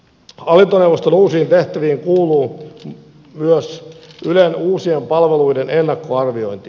hallintoneuvoston uusiin tehtäviin kuuluu myös ylen uusien palveluiden ennakkoarviointi